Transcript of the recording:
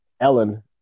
Ellen